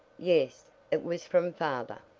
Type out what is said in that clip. yes, it was from father.